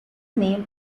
name